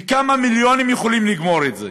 בכמה מיליונים יכולים לגמור את זה.